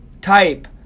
type